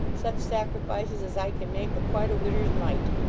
such sacrifices as i can make, are quite a widder's mite.